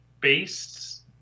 based